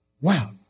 Wow